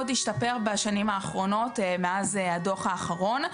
השתפר בשנים האחרונות מאז הדוח האחרון,